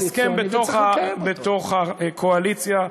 הסכם בתוך הקואליציה.